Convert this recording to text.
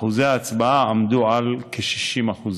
אחוזי ההצבעה עמדו על כ-60%.